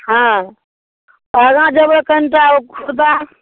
हँ आगाँ जेबै कनिटा खुरदा